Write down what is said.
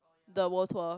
the world tour